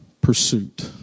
pursuit